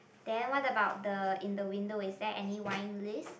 then what about the in the window is there any wine list